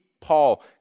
Paul